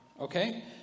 okay